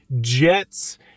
Jets